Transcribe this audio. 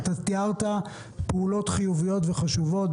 תיארת פעולות חיוביות וחשובות.